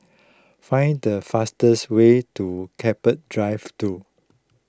find the fastest way to Keppel Drive two